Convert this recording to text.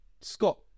Scott